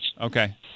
Okay